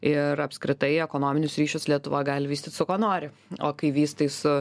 ir apskritai ekonominius ryšius lietuva gali vystyt su kuo nori o kai vystai su